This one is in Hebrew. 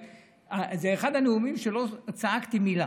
זה אחד הנאומים שבהם לא צעקתי מילה,